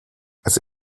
also